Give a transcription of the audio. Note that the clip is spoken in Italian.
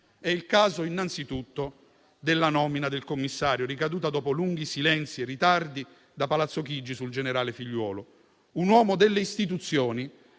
È il caso innanzitutto della nomina del commissario, ricaduta dopo lunghi silenzi e ritardi da Palazzo Chigi sul generale Figliuolo, un uomo delle istituzioni